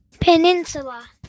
Peninsula